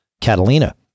Catalina